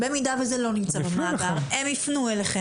במידה שזה לא נמצא במאגר הם ייפנו אליכם